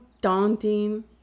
daunting